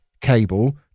cable